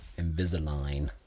Invisalign